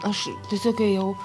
aš tiesiog ėjau